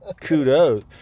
Kudos